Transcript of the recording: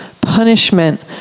punishment